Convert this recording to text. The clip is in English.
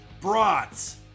brats